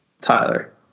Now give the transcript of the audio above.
Tyler